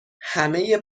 همه